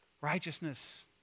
Righteousness